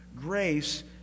grace